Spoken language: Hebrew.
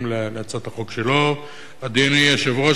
להצעת החוק שלו: אדוני היושב-ראש,